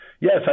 yes